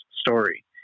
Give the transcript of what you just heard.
story